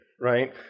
right